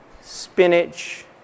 spinach